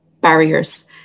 barriers